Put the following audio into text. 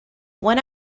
one